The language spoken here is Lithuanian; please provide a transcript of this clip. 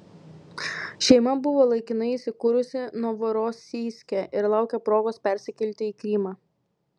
šeima buvo laikinai įsikūrusi novorosijske ir laukė progos persikelti į krymą